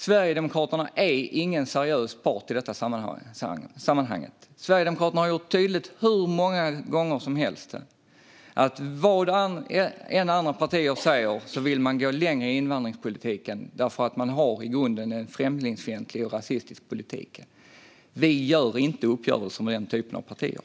Sverigedemokraterna är ingen seriös part i detta sammanhang. Man har hur många gånger som helst gjort tydligt att man, vad de andra partierna än säger, vill gå längre i invandringspolitiken därför att man har en i grunden främlingsfientlig och rasistisk politik. Vi gör inte uppgörelser med den typen av partier.